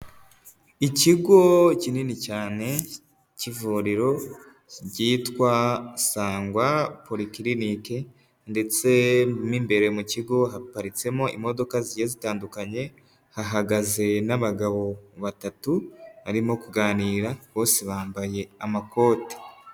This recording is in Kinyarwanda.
Ikigo kinini cyane k'ivuriro ryitwa Sangwa porokirinike ndetse mu imbere mu kigo haparitsemo imodoka zigiye zitandukanye, hahagaze n'abagabo batatu, barimo kuganira, bose bambaye amakoti.